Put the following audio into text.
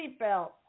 seatbelt